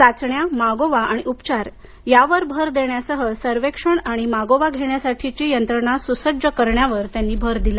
चाचण्या मागोवा आणि उपचार यावर भर देण्यासह सर्वेक्षण आणि मागोवा घेण्यासाठीची यंत्रणा सुसज्ज करण्यावर त्यांनी भर दिला